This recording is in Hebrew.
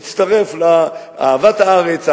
יצטרף לאהבת הארץ,